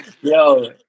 yo